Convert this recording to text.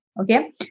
Okay